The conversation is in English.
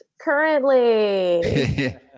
currently